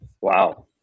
Wow